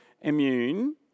immune